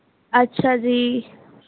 ਅੱਛਾ ਜੀ